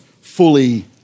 fully